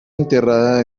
enterrada